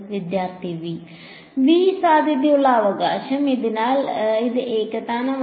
വിദ്യാർത്ഥി V V സാധ്യതയുള്ള അവകാശം അതിനാൽ ഇത് ഏകതാനമല്ല